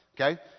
Okay